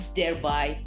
thereby